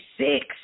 six